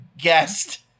guest